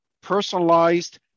Personalized